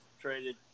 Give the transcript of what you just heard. traded